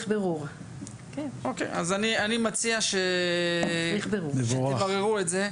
אני מציע שתבררו את זה.